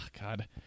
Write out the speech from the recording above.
God